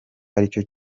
aricyo